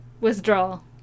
withdrawal